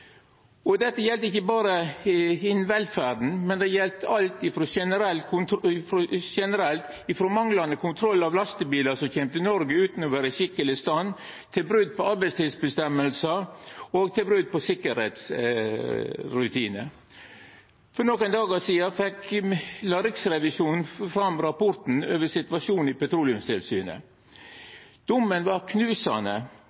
Dette gjeld ikkje berre innanfor velferda, det gjeld generelt, frå manglande kontroll av lastebilar som kjem til Noreg utan å vera i skikkeleg stand, til brot på arbeidstidsbestemmingar og brot på sikkerheitsrutinar. For nokre dagar sidan la Riksrevisjonen fram rapporten om situasjonen i